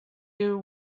you